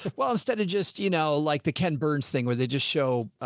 well, instead of just, you know, like the ken burns thing where they just show, ah,